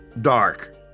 dark